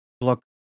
block